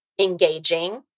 engaging